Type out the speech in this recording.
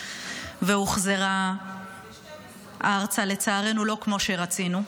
והוחזרה ארצה לצערנו לא כמו שרצינו,